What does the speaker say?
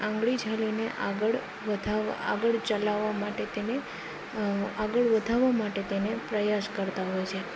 આંગળી ઝાલીને આગળ વધાવ આગળ ચલાવા માટે તેને આગળ વધાવા માટે તેને પ્રયાસ કરતા હોય છે